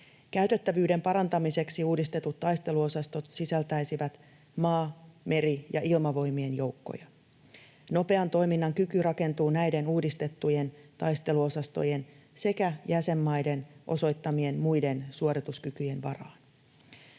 Käytettävyyden parantamiseksi uudistetut taisteluosastot sisältäisivät maa-, meri- ja ilmavoimien joukkoja. Nopean toiminnan kyky rakentuu näiden uudistettujen taisteluosastojen sekä jäsenmaiden osoittamien muiden suorituskykyjen varaan.